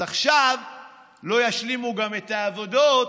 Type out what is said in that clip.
אז עכשיו לא ישלימו גם את העבודות,